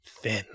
thin